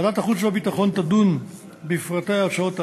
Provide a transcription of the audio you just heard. ועדת החוץ והביטחון תדון בפרטי ההצעות הללו,